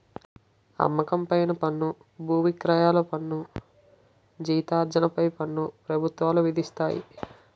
అమ్మకం పైన పన్ను బువిక్రయాల పన్ను జీతార్జన పై పన్ను ప్రభుత్వాలు విధిస్తాయి